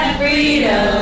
freedom